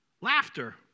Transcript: Laughter